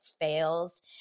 fails